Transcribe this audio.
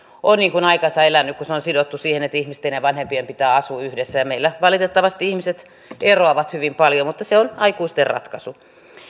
on aikansa elänyt koska se on sidottu siihen että ihmisten ja vanhempien pitää asua yhdessä ja meillä valitettavasti ihmiset eroavat hyvin paljon mutta se on aikuisten ratkaisu